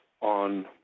on